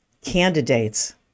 candidates